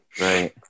Right